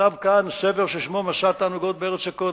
שכתב כאן את הספר "מסע תענוגות בארץ הקודש",